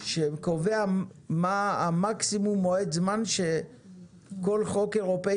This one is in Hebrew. שקובע מה מקסימום מועד הזמן שכל חוק אירופי